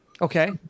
Okay